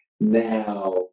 Now